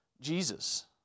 Jesus